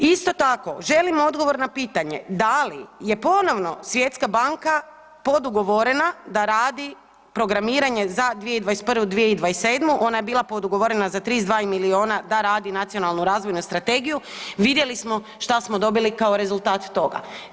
Isto tako želim odgovor na pitanje da li je ponovno Svjetska banka podugovorena da radi programiranje za 2021.-2027., ona je bila podugovorena za 32 milijuna da radi nacionalnu razvoju strategiju, vidjeli smo šta smo dobili kao rezultat toga.